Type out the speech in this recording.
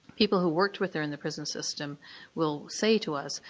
people who worked with her in the prison system will say to us,